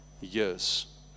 years